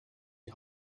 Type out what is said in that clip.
die